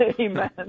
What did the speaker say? Amen